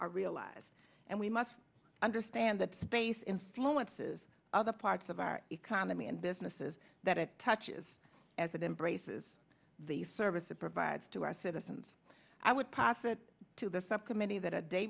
are realized and we must understand that space influences other parts of our economy and businesses that it touches as it embraces the service it provides to our citizens i would pass it to the subcommittee that a day